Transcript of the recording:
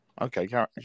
Okay